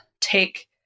take